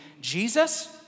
Jesus